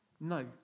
No